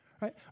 right